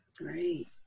Right